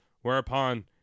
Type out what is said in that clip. Whereupon